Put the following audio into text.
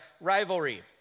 rivalry